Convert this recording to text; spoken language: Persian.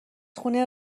خونه